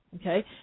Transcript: okay